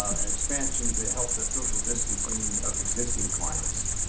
expansion to help the social distancing of existing clients.